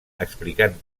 explicant